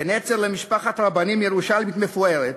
נצר למשפחת רבנים ירושלמית מפוארת,